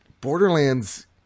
borderlands